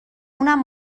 اونم